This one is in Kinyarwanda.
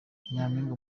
nyaminga